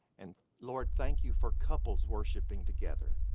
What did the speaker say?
and lord, thank you for couples worshiping together.